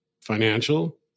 financial